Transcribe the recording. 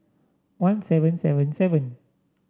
one seven seven seven